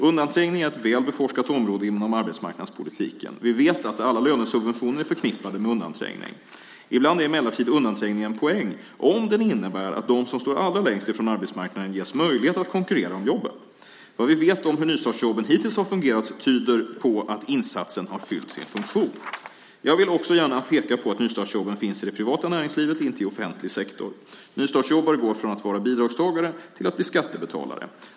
Undanträngning är ett väl utforskat område inom arbetsmarknadspolitiken. Vi vet att alla lönesubventioner är förknippade med undanträngning. Ibland är emellertid undanträngning en poäng, om den innebär att de som står allra längst ifrån arbetsmarknaden ges möjlighet att konkurrera om jobben. Vad vi vet om hur nystartsjobben hittills har fungerat tyder på att insatsen har fyllt sin funktion. Jag vill också gärna peka på att nystartsjobben finns i det privata näringslivet, inte i offentlig sektor. Nystartsjobbare går från att vara bidragstagare till att bli skattebetalare.